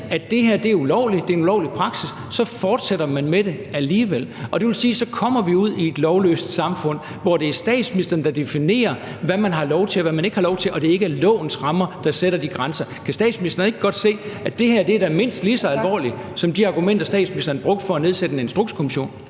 at det her er ulovligt, en ulovlig praksis, at man alligevel fortsætter med det, og det vil sige, at så kommer vi ud i et lovløst samfund, hvor det er statsministeren, der definerer, hvad man har lov til, og hvad man ikke har lov til, og det ikke er lovens rammer, der sætter de grænser. Kan statsministeren ikke godt se, at det her da er mindst lige så alvorligt som de argumenter, statsministeren brugte for at nedsætte en instrukskommission?